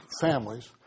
families